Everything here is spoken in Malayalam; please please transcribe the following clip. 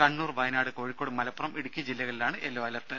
കണ്ണൂർവയനാട് കോഴിക്കോട് മലപ്പുറം ഇടുക്കി ജില്ലകളിലാണ് യെല്ലോ അലർട്ട്